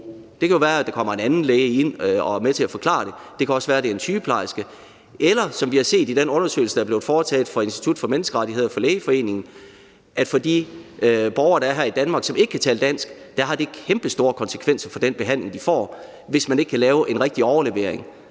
Det kan være, at der kommer en anden læge ind og er med til at forklare det, og det kan også være, at det er en sygeplejerske. Som vi har set i den undersøgelse, der er blevet foretaget af Institut for Menneskerettigheder og Lægeforeningen, kan det for de borgere her i Danmark, som ikke kan tale dansk, have kæmpestore konsekvenser for den behandling, de får, hvis man ikke kan foretage en rigtig overlevering.